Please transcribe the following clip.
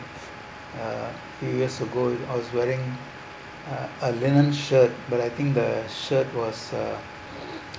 uh few years ago I was wearing a a linen shirt but I think the shirt was uh